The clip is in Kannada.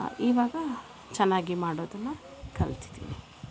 ಇವಾಗ ಚೆನ್ನಾಗಿ ಮಾಡೋದನ್ನ ಕಲ್ತಿದ್ದೀನಿ